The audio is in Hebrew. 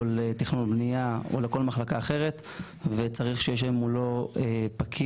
או לתכנון או בנייה או לכל מחלקה אחרת וצריך שיישב מולו פקיד,